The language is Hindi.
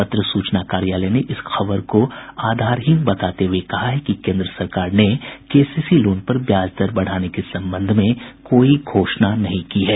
पत्र सूचना कार्यालय ने इस खबर को आधारहीन बताते हुए कहा है कि केन्द्र सरकार ने केसीसी लोन पर ब्याज दर बढ़ाने के संबंध में कोई घोषणा नहीं की है